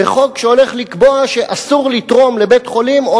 חוק שהולך לקבוע שאסור לתרום לבית-חולים או